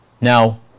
Now